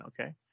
Okay